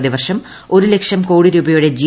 പ്രതിവർഷം ഒരു ലക്ഷം കോടി രൂപയുടെ ജി